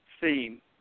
theme